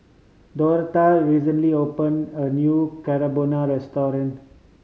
Dorthea recently opened a new Carbonara Restaurant